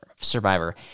survivor